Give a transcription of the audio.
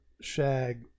shag